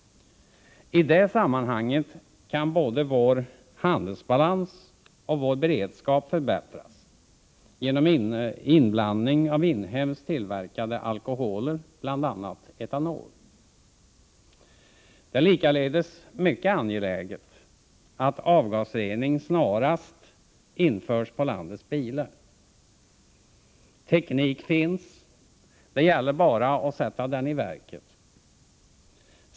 I det sammanhanget kan både vår handelsbalans och vår beredskap förbättras genom inblandning av inhemskt tillverkade alkoholer, bl.a. etanol. Det är likaledes mycket angeläget att avgasrening snarast införs på landets bilar. Teknik finns. Det gäller bara att sätta den i verket.